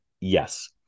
yes